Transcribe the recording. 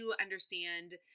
understand